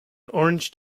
orange